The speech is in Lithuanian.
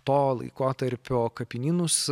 to laikotarpio kapinynus